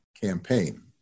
campaign